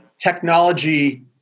technology